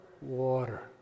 Water